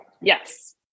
Yes